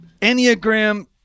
Enneagram